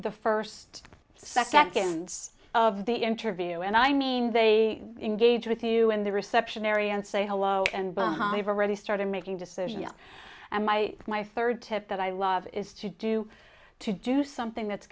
the first seconds of the interview and i mean they engage with you in the reception area and say hello and boom home i've already started making decisions and my my third tip that i love is to do to do something that's